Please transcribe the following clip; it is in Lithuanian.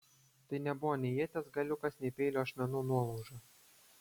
tai nebuvo nei ieties galiukas nei peilio ašmenų nuolauža